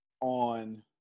on